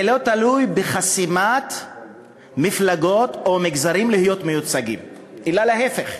זה לא תלוי בחסימת מפלגות או מגזרים להיות מיוצגים אלא להפך.